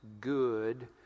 good